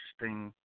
interesting